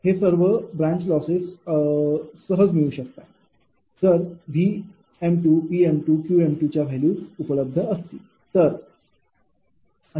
हे सर्व branch losses सहजपणे मिळू शकतात जर 𝑉 𝑃 𝑄 च्या व्हॅल्यू उपलब्ध असतील तर